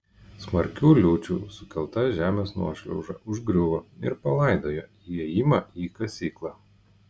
smarkių liūčių sukelta žemės nuošliauža užgriuvo ir palaidojo įėjimą į kasyklą